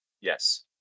Yes